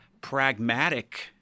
pragmatic